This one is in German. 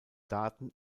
daten